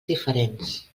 diferents